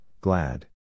glad